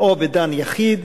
או בדן יחיד,